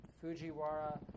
Fujiwara